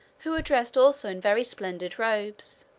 who were dressed also in very splendid robes.